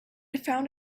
found